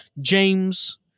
James